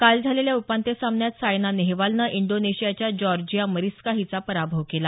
काल झालेल्या उपांत्य सामन्यात सायना नेहवालनं इंडोनेशियाच्या जॉर्जिया मरिस्का हिचा पराभव केला